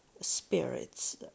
spirits